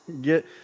Get